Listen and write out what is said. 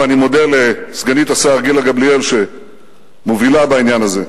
ואני מודה לסגנית השר גילה גמליאל שמובילה בעניין הזה.